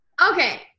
Okay